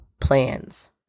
plans